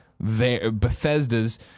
Bethesda's